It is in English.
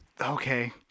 Okay